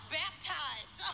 baptized